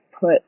put